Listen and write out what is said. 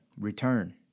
Return